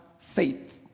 faith